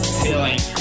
feeling